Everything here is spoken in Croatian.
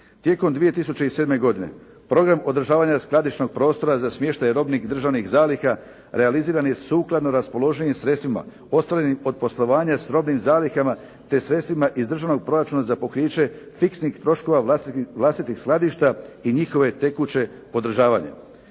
Tijekom 2007. godine program održavanja skladišnog prostora za smještaj robnih državnih zaliha realiziran je sukladno raspoloživim sredstvima ostvarenim kod poslovanja s robnim zalihama te sredstvima iz državnog proračuna za pokriće fiksnih troškova vlastitih skladišta i njihove tekuće održavanje.